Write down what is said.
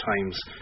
times